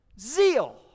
zeal